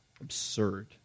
absurd